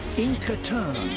inca terns.